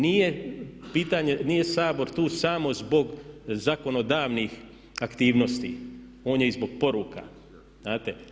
Nije pitanje, nije Sabor tu samo zbog zakonodavnih aktivnosti, on je i zbog poruka znate.